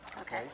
Okay